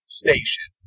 station